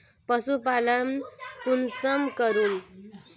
पशुपालन कुंसम करूम?